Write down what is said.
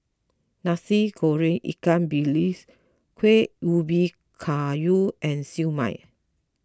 Nasi Goreng Ikan Bilis Kueh Ubi Kayu and Siew Mai